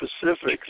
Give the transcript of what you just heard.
specifics